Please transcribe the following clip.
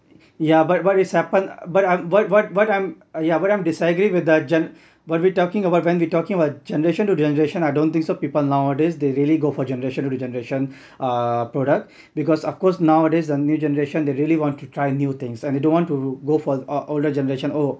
ya but but it's happened but I'm what what what I'm yeah but I'm disagree with the gen~ what we're talking about when we're talking about generation to generation I don't think so people nowadays they really go for generation to generation uh product because of course nowadays the new generation they really want to try new things and they don't want to go for older generation oh